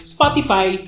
Spotify